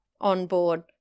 onboard